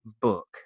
book